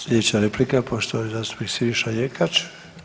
Sljedeća replika poštovani zastupnik Siniša Jenkač.